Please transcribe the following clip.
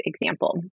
example